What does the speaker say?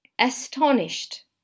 Astonished